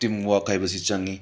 team work ꯍꯥꯏꯕꯁꯤ ꯆꯪꯏ